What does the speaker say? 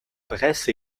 bresse